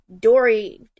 Dory